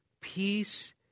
Peace